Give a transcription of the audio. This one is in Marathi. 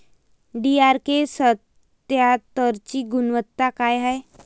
डी.आर.के सत्यात्तरची गुनवत्ता काय हाय?